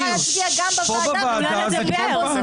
רצתי והייתי צריכה להצביע גם בוועדה וגם במליאה בו זמנית.